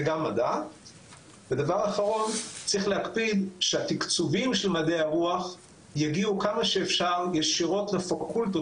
בבתי הספר התיכוניים, וכאן אני פונה למשרד החינוך.